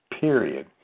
period